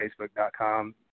Facebook.com